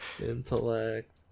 Intellect